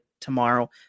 tomorrow